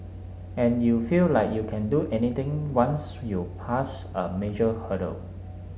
and you feel like you can do anything once you passed a major hurdle